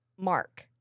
Mark